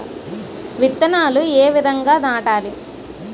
విత్తనాలు ఏ విధంగా నాటాలి?